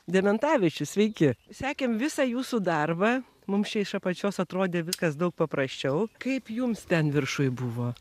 dementavičius sveiki sekėm visą jūsų darbą mums čia iš apačios atrodė viskas daug paprasčiau kaip jums ten viršuj buvo